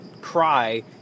cry